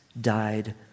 died